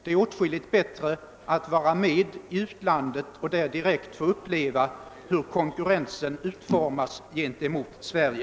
Det har åtskilliga fördelar att man genom direkt verksamhet i utlandet får uppleva hur konkurrensen där utformas gentemot Sverige.